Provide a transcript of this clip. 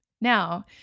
Now